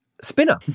Spinner